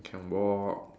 can walk